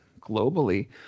globally